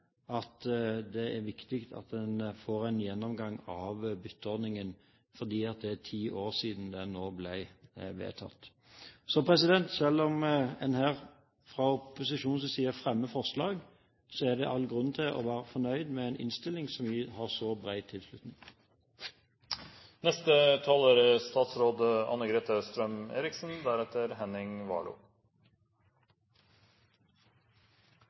at det er viktig at en får en gjennomgang av bytteordningen, fordi det nå er ti år siden den ble vedtatt. Så selv om en her fra opposisjonens side fremmer forslag, er det all grunn til å være fornøyd med en innstilling som har så bred tilslutning. I mitt svarbrev til komiteen datert 2. februar i år viser jeg til at medisinsk og helsefaglig forskning og innovasjon er